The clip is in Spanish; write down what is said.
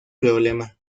problema